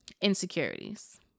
insecurities